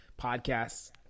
podcasts